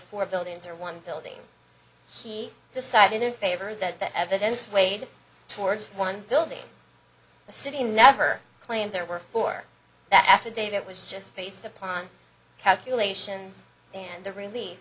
four buildings or one building he decided in favor that the evidence weighed towards one building the city never claimed there were four that affidavit was just based upon calculations and the relief